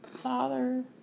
Father